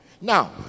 Now